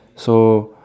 so